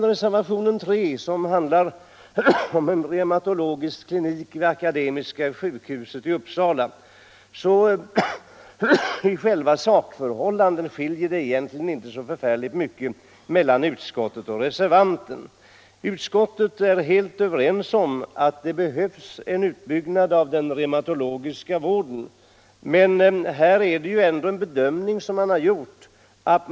Reservationen 3 handlar om en reumatologisk klinik vid Akademiska sjukhuset i Uppsala. När det gäller själva sakförhållandena är det egentligen inte så förfärligt mycket som skiljer mellan utskottet och reservanten. Utskottet är helt enigt om att det behövs en utbyggnad av den reumatologiska vården. Men här är det ändå en bedömning som man har gjort.